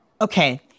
Okay